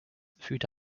through